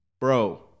Bro